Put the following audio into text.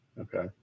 okay